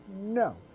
no